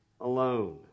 alone